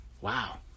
Wow